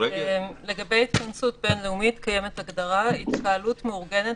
לגבי התכנסות בין-לאומית קיימת הגדרה: התקהלות מאורגנת